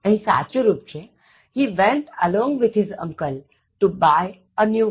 અહીં સાચું રુપ છે He went along with his uncle to buy a new car